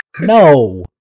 no